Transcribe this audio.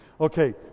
Okay